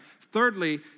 thirdly